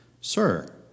Sir